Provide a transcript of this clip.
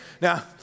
Now